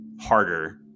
harder